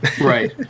Right